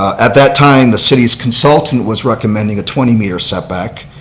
at that time, the city's consultant was recommending a twenty meter set back.